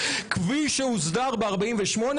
כפי שהוסדר ב-48',